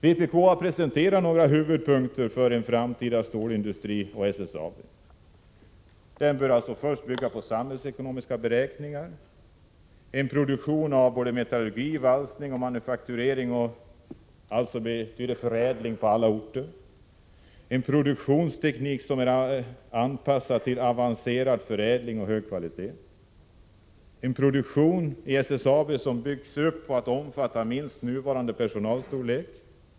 Vpk har presenterat några huvudpunkter för den framtida stålindustrin och SSAB: —- SSAB bör byggas upp efter samhällsekonomiska beräkningar. —- Man bör ha produktion vid varje järnverk — metallurgi, valsning och manufakturering, allt som innebär förädling skall ske på alla orter.